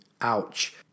Ouch